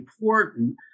important